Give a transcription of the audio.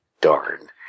darn